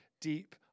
deep